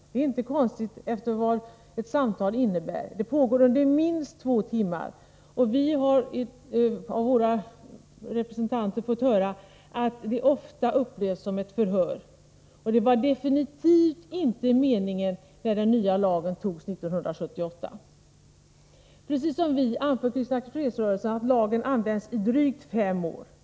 Detta är inte konstigt med tanke på vad ett samtal innebär — det pågår under minst två timmar. Vi har av våra representanter fått höra att det ofta upplevs som ett förhör. Och det var definitivt inte meningen när den nya lagen antogs 1978. Precis som vi anför säger Kristna fredsrörelsen att lagen tillämpas i drygt fem år.